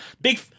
Big